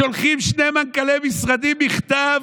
שולחים שני מנכ"לי משרדים מכתב,